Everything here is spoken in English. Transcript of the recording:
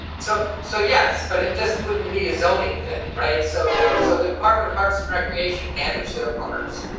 so so, yes, but it just wouldn't be a zoning thing. right? so so the department of parks recreation manage their parts.